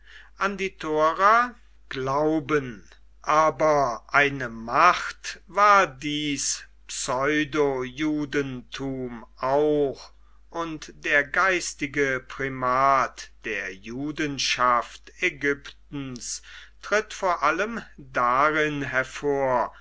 an die thora glauben aber eine macht war dies